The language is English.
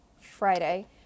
Friday